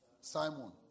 Simon